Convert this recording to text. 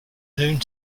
noon